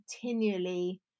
continually